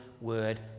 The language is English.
word